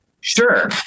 sure